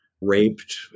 raped